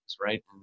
right